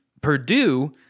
Purdue –